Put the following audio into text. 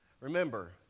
Remember